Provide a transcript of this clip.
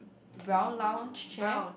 brown lounge chair